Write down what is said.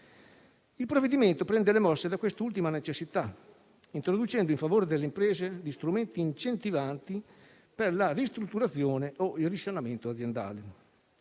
Il provvedimento prende le mosse da quest'ultima necessità, introducendo in favore delle imprese gli strumenti incentivanti per la ristrutturazione o il risanamento aziendale.